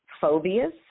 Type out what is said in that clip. phobias